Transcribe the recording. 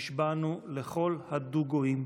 נשבענו לכל הדוגואים,